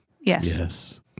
Yes